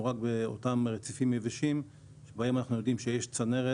רק ברציפים היבשים שבהם אנחנו יודעים שיש צנרת,